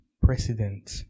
president